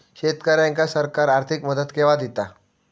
शेतकऱ्यांका सरकार आर्थिक मदत केवा दिता?